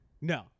No